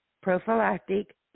prophylactic